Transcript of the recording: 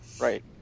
Right